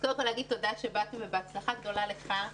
קודם כל לומר תודה שבאתם ובהצלחה גדולה לך.